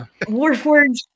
Warforged